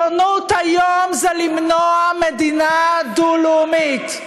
וציונות היום זה למנוע מדינה דו-לאומית.